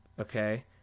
okay